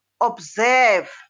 observe